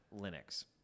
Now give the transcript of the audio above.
linux